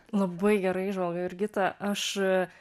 labai gera įžvalga jurgita aš